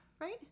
right